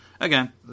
again